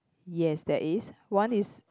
yes there is one is